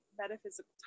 metaphysical